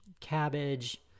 cabbage